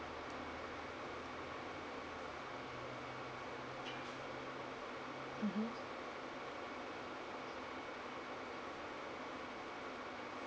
mmhmm